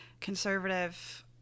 conservative